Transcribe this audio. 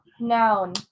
Noun